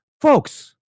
folks